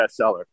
bestseller